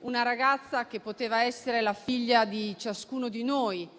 una ragazza che poteva essere la figlia di ciascuno di noi: era